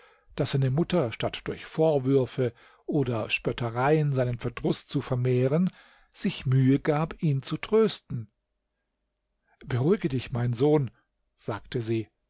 daß seine mutter statt durch vorwürfe oder spöttereien seinen verdruß zu vermehren sich mühe gab ihn zu trösten beruhige dich mein sohn sagte sie